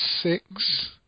six